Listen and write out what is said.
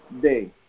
day